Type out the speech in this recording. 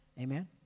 Amen